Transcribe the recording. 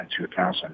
2000